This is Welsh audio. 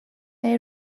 neu